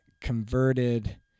converted